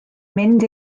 mynd